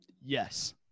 Yes